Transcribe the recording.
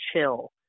chill